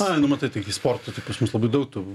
a nu matai tai gi sportų tų pas mus labai daug tų